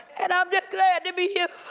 and i'm just glad to be here.